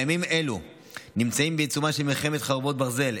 בימים אלה אנו נמצאים בעיצומה של מלחמת חרבות ברזל,